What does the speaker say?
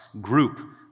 group